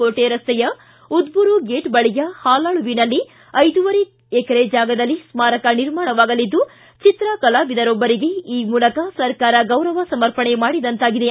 ಕೋಟೆ ರಸ್ತೆಯ ಉದ್ದೂರು ಗೇಟ್ ಬಳಿಯ ಹಾಲಾಳುವಿನಲ್ಲಿ ಐದುವರೆ ಎಕರೆ ಜಾಗದಲ್ಲಿ ಸ್ವಾರಕ ನಿರ್ಮಾಣವಾಗಲಿದ್ದು ಚಿತ್ರ ಕಲಾವಿದರೊಬ್ಬರ್ಗೆ ಈ ಮೂಲಕ ಸರ್ಕಾರ ಗೌರವ ಸಮರ್ಪಣೆ ಮಾಡಿದಂತಾಗಿದೆ